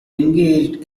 engaged